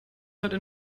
heute